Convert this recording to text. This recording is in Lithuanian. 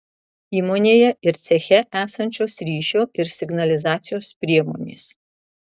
įmonėje ir ceche esančios ryšio ir signalizacijos priemonės